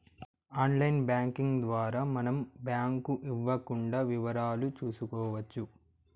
online banking ద్వారా మనం bank ఇవ్వకుండా వివరాలు చూసుకోవచ్చు